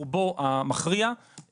דוח ועדת אדם ברובו המכריע יושם,